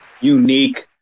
unique